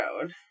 Road